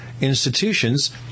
institutions